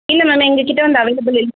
இல்லை மேம் எங்கக்கிட்ட வந்து அவைலபிள் இல்லை